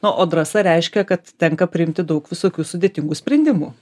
na o drąsa reiškia kad tenka priimti daug visokių sudėtingų sprendimų